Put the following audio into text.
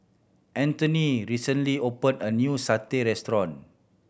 Anthoney recently opened a new satay restaurant